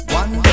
one